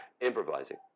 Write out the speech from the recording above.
Improvising